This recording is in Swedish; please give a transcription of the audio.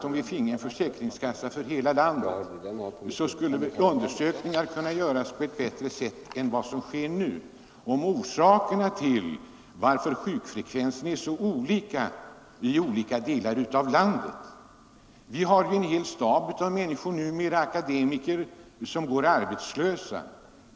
Om vi finge en försäkringskassa för hela landet skulle vi bättre än som nu sker kunna undersöka orsakerna till att sjukfrekvensen är så olika i skilda delar av landet. Vi har ju numera en hel stab av akademiker som går arbetslösa.